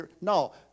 No